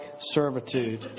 servitude